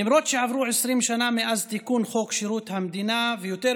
למרות שעברו 20 שנה מאז תיקון חוק שירות המדינה ויותר